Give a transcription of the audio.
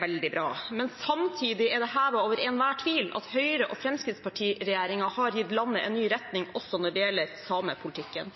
veldig bra. Men samtidig er det hevet over enhver tvil at Høyre–Fremskrittsparti-regjeringen har gitt landet en ny retning også når det gjelder samepolitikken.